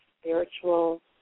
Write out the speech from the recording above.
spiritual